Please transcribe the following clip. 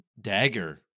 dagger